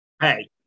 Hey